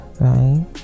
right